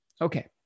Okay